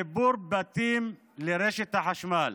חיבור בתים לרשת החשמל.